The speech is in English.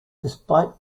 despite